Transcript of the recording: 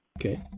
Okay